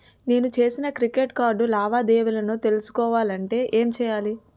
నేను చేసిన credit card లావాదేవీలను తెలుసుకోవాలంటే ఏం చేయాలి?